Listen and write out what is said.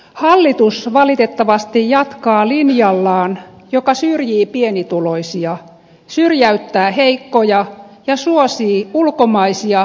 hallitus valitettavasti jatkaa linjallaan joka syrjii pienituloisia syrjäyttää heikkoja ja suosii ulkomaisia pääomapiirejä